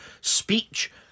speech